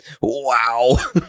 Wow